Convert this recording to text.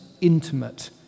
intimate